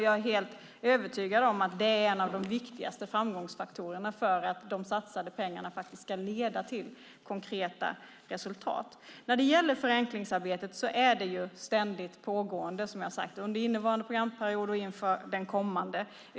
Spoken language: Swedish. Jag är övertygad om att det är en av de viktigaste framgångsfaktorerna för att de satsade pengarna ska leda till konkreta resultat. Förenklingsarbetet är ständigt pågående, som jag har sagt, under innevarande program och inför det kommande.